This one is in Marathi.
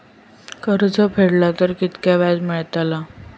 कर्ज काडला तर कीतक्या व्याज मेळतला?